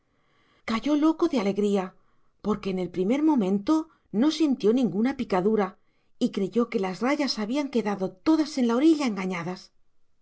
cayó loco de alegría porque en el primer momento no sintió ninguna picadura y creyó que las rayas habían quedado todas en la orilla engañadas